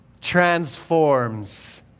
transforms